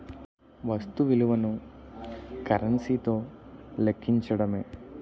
వస్తు విలువను కరెన్సీ తో లెక్కించడమే